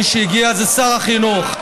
מי שהגיע זה שר החינוך.